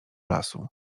lasu